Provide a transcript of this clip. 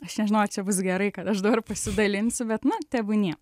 aš nežinau ar čia bus gerai kad aš dabar pasidalinsiu bet na tebūnie